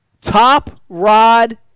top-rod